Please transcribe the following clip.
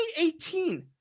2018